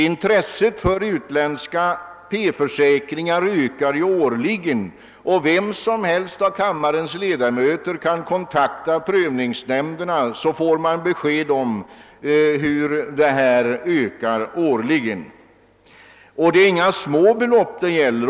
Intresset för utländska P-försäkringar ökar årligen. Vem som helst av kammarens ledamöter kan få besked om detta genom att kontakta prövningsnämnderna. Det sker som sagt en årlig ökning, och det är inga små belopp det gäller.